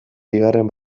bigarren